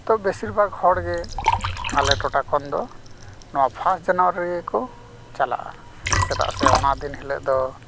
ᱛᱚ ᱵᱮᱥᱤᱨᱵᱷᱟᱜᱽ ᱦᱚᱲ ᱜᱮ ᱟᱞᱮ ᱴᱚᱴᱷᱟ ᱠᱷᱚᱱ ᱫᱚ ᱱᱚᱶᱟ ᱯᱷᱟᱥᱴ ᱡᱟᱱᱩᱣᱟᱨᱤ ᱨᱮᱜᱮ ᱠᱚ ᱪᱟᱞᱟᱜᱼᱟ ᱪᱟᱫᱟᱜ ᱥᱮ ᱚᱱᱟ ᱫᱤᱱ ᱦᱤᱞᱳᱜ ᱫᱚ